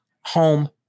home